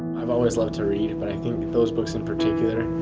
i've always loved to read it but i think those books in particular